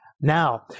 Now